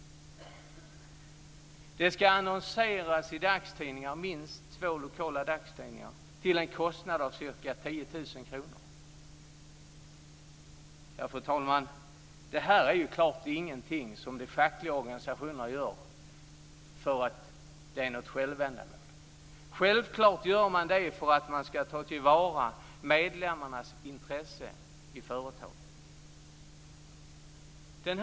Blockaden ska också annonseras i minst två lokala dagstidningar till en kostnad av ca 10 000 kr. Fru talman! Det här är helt klart ingenting som de fackliga organisationerna gör för att det är något självändamål. Självklart gör man det för att man ska ta till vara medlemmarnas intresse i företagen.